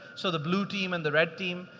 so the blue team and the red team,